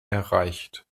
erreicht